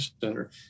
center